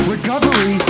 Recovery